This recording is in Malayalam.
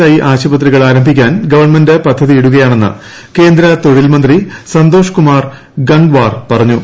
ഐ ആശുപത്രികൾ ആരംഭിക്കാൻ ഗവൺമെന്റ് പദ്ധതി ഇടുകയാണെന്ന് കേന്ദ്ര തൊഴിൽ മന്ത്രി സന്തോഷ് കുമാർ ഗംഗ്വാർ പറഞ്ഞു